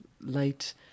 light